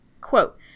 Quote